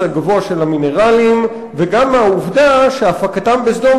הגבוה של המינרלים וגם מהעובדה שהפקתם בסדום